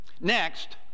Next